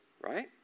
right